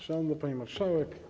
Szanowna Pani Marszałek!